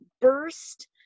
burst